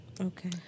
Okay